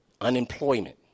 unemployment